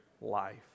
life